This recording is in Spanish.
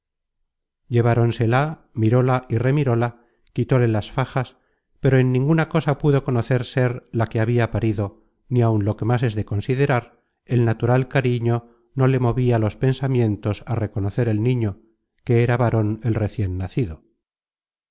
pedido lleváronsela miróla y remiróla quitóle las fajas pero en ninguna cosa pudo conocer ser la que habia parido ni áun lo que más es de considerar el natural cariño no le movia los pensamientos á reconocer el niño que era varon el recien nacido